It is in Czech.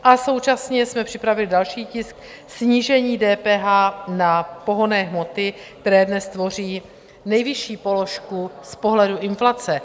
A současně jsme připravili další tisk snížení DPH na pohonné hmoty, které dnes tvoří nejvyšší položku z pohledu inflace.